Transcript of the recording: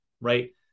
right